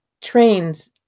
trains